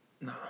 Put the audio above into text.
No